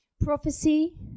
Prophecy